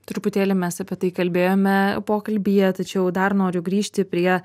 truputėlį mes apie tai kalbėjome pokalbyje tačiau dar noriu grįžti prie